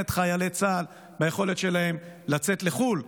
את חיילי צה"ל ביכולת שלהם לצאת לחו"ל,